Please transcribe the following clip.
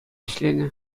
ӗҫленӗ